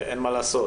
ואין מה לעשות,